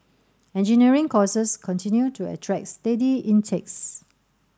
engineering courses continue to attract steady intakes